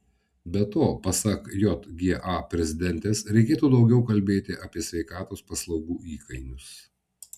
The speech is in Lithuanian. be to pasak jga prezidentės reikėtų daugiau kalbėti apie sveikatos paslaugų įkainius